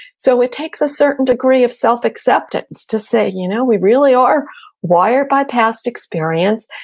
so it takes a certain degree of self-acceptance to say, you know we really are wired by past experience.